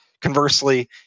Conversely